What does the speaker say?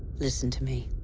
listen to me,